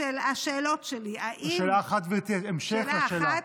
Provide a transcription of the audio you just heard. השאלות שלי: האם, שאלה אחת, גברתי, המשך לשאלה.